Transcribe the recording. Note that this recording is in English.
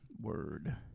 Word